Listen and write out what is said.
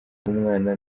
umwana